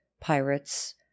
pirates